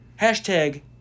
hashtag